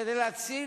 כדי להציל